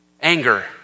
Anger